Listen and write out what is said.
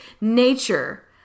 nature